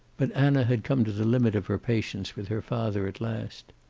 but anna had come to the limit of her patience with her father at last.